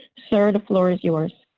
sir, the floor is yours.